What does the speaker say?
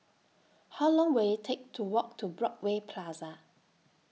How Long Will IT Take to Walk to Broadway Plaza